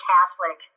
Catholic